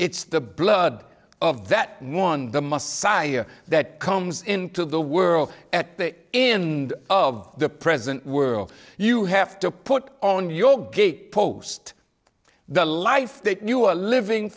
it's the blood of that one the must side that comes into the world at the end of the present world you have to put on your gate post the life that you are living